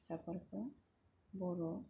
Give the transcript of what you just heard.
फिसाफोरखौ बर'